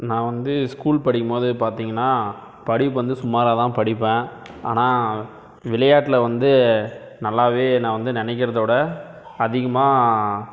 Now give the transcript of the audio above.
நான் வந்து ஸ்கூல் படிக்கும் போது பார்த்தீங்கன்னா படிப்பு வந்து சுமாராக தான் படிப்பேன் ஆனால் விளையாட்டில் வந்து நல்லாவே நான் வந்து நினைக்கிறதோட அதிகமாக